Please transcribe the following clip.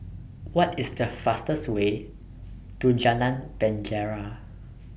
What IS The fastest Way to Jalan Penjara